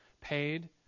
paid